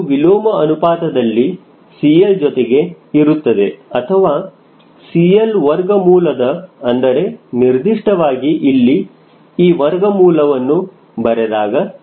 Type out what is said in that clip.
ಇದು ವಿಲೋಮ ಅನುಪಾತದಲ್ಲಿ𝐶L ಜೊತೆಗೆ ಇರುತ್ತದೆ ಅಥವಾ 𝐶L ವರ್ಗ ಮೂಲದ ಅಂದರೆ ನಿರ್ದಿಷ್ಟವಾಗಿ ಇಲ್ಲಿ ಈ ವರ್ಗಮೂಲವನ್ನು ಬರೆದಾಗ